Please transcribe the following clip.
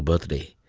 birthday.